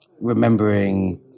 remembering